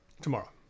Tomorrow